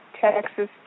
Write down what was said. Texas